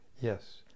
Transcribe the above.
Yes